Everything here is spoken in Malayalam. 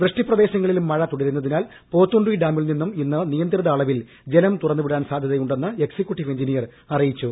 വൃഷ്ടി പ്രദേശങ്ങളിൽ മഴ തുടരുന്നതിനാൽ പോത്തുണ്ടി ഡാമിൽ നിന്നും ഇന്ന് നിയന്ത്രിത അളവിൽ ജലം തുറന്നുവിടാൻ സാധ്യത ഉണ്ടെന്ന് എക്സിക്യൂട്ടിവ് എൻജിനിയർ അറിയിച്ചു